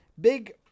big